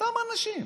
אותם אנשים.